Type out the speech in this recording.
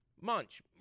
Munch